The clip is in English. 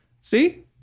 See